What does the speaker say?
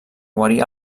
guarir